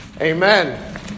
Amen